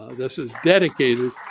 ah this is dedicated